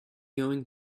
going